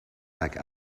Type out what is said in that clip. like